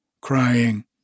crying